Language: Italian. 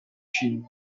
cigni